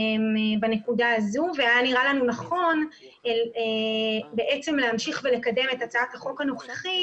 בנקודה הזו והיה נראה לנו נכון להמשיך ולקדם את הצעת החוק הנוכחית.